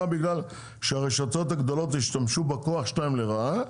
בגלל שהרשתות הגדולות השתמשו בכוח שלהם לרעה,